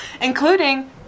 Including